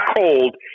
cold